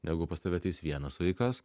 jeigu pas tave ateis vienas vaikas